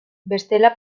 bestela